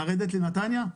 לרדת לנתניה?